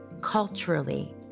culturally